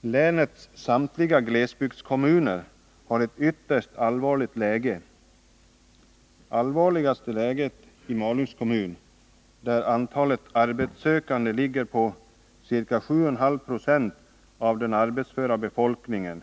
Länets samtliga glesbygdskommuner har ett ytterst allvarligt läge. Allvarligast är läget i Malungs kommun, där antalet arbetssökande ligger på 7,5 Jo av den arbetsföra befolkningen.